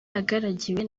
agaragiwe